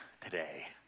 today